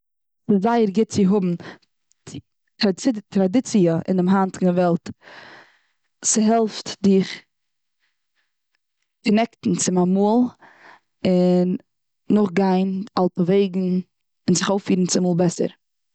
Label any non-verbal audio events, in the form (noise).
ס'איז זייער גוט צו האבן (unintelligible) טראדיציע אינעם היינטיגן וועלט. ס'העלפט דיך קאנעקטן צום אמאל, און נאכגיין אלטע וועגן. און זיך אויפירן צומאל בעסער.